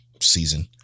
season